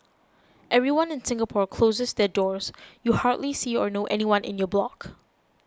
everyone in Singapore closes their doors you hardly see or know anyone in your block